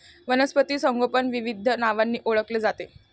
वनस्पती संगोपन विविध नावांनी ओळखले जाते